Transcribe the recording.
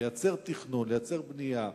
לייצר תכנון, לייצר בנייה.